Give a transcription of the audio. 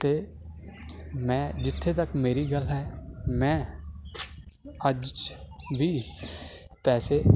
ਅਤੇ ਮੈਂ ਜਿੱਥੇ ਤੱਕ ਮੇਰੀ ਗੱਲ ਹੈ ਮੈਂ ਅੱਜ ਵੀ ਪੈਸੇ